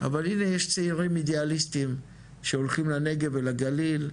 אבל הנה יש צעירים אידיאליסטים שהולכים לנגב ולגליל,